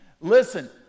Listen